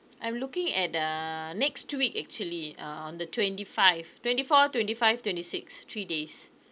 I'm looking at err next two week actually uh on the twenty five twenty four twenty five twenty six three days